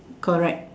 correct